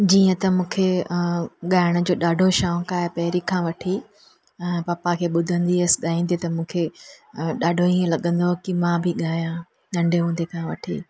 जीअं त मूंखे ॻाइण जो ॾाढो शौक़ु आहे पहिरीं खां वठी पप्पा खे ॿुधंदी हुयसि ॻाईंदे त मूंखे ॾाढो ईअं लॻंदो हो की मां बि ॻायां नंढे हूंदे खां वठी